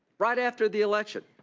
right after the election.